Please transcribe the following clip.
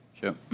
Sure